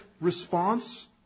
response